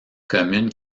commune